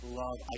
love